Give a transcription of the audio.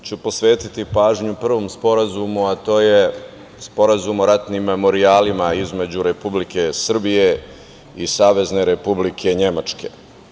Posebno ću posvetiti pažnju prvom sporazumu, a to je Sporazum o ratnim memorijalima između Republike Srbije i Savezne Republike Nemačke.